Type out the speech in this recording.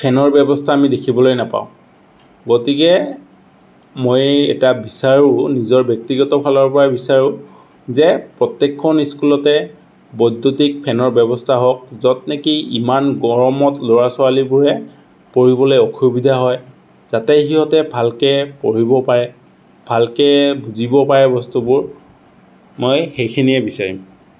ফেনৰ ব্যৱস্থা আমি দেখিবলৈ নাপাওঁ গতিকে মই এটা বিচাৰোঁ নিজৰ ব্যক্তিগতফালৰপৰা বিচাৰোঁ যে প্ৰত্যেকখন স্কুলতে বৈদ্যুতিক ফেনৰ ব্যৱস্থা হওক য'ত নেকি ইমান গৰমত ল'ৰা ছোৱালীবোৰে পঢ়িবলৈ অসুবিধা হয় যাতে সিহঁতে ভালকৈ পঢ়িব পাৰে ভালকৈ বুজিব পাৰে বস্তুবোৰ মই সেইখিনিয়ে বিচাৰিম